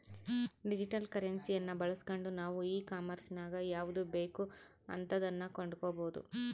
digital ಕರೆನ್ಸಿಯನ್ನ ಬಳಸ್ಗಂಡು ನಾವು ಈ ಕಾಂಮೆರ್ಸಿನಗ ಯಾವುದು ಬೇಕೋ ಅಂತದನ್ನ ಕೊಂಡಕಬೊದು